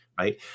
Right